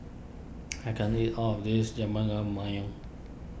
I can't eat all of this